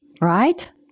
right